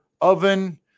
oven